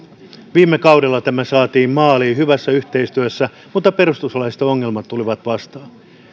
viime kaudella tämä saatiin maaliin hyvässä yhteistyössä mutta perustuslailliset ongelmat tulivat vastaan